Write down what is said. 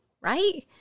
right